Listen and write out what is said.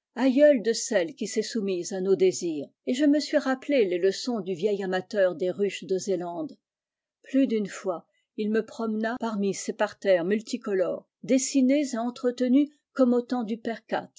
aïeules de celle qui s'est soumise à nos désirs et je me suis rappelé les leçons du vieil amateur des ruches de zélande plus d'une fois il me promena parmi ses parterres multicolores dessinés et entretenus comme au temps du